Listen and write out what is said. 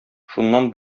шуннан